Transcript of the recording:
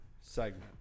segment